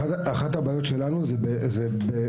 אחת הבעיות שלנו היא מודעות.